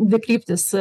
dvi kryptys